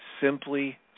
simply